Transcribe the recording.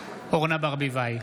אורנה ברביבאי,